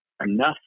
Enough